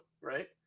right